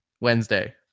Wednesday